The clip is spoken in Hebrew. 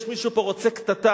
יש מי שפה רוצה קטטה,